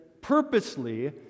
Purposely